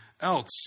else